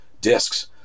Discs